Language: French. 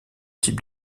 type